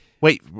Wait